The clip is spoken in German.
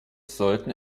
sollten